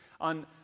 on